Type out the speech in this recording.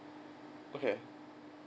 okay